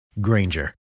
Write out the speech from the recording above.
Granger